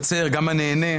גם הנהנה.